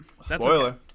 Spoiler